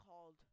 called